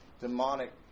Demonic